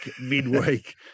midweek